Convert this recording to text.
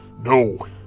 No